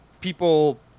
people –